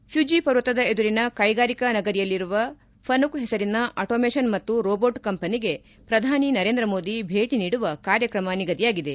ಘ್ಲುಜಿ ಪರ್ವತದ ಎದುರಿನ ಕ್ಷೆಗಾರಿಕಾ ನಗರಿಯಲ್ಲಿರುವ ಫನುಕ್ ಹೆಸರಿನ ಆಟೋಮೆಷನ್ ಮತ್ತು ರೋಬೋಟ್ ಕಂಪನಿಗೆ ಪ್ರಧಾನಿ ನರೇಂದ್ರ ಮೋದಿ ಭೇಟಿ ನೀಡುವ ಕಾರ್ಯಕ್ರಮ ನಿಗದಿಯಾಗಿದೆ